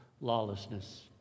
lawlessness